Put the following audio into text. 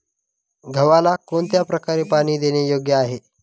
गव्हाला कोणत्या प्रकारे पाणी देणे योग्य आहे?